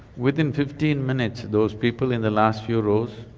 within fifteen minutes those people in the last few rows